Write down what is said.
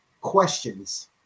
questions